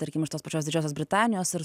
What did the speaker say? tarkim iš tos pačios didžiosios britanijos ar